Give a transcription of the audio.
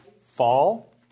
fall